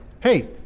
hey